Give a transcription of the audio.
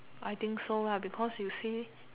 I think so lah because you see